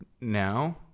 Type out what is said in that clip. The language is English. now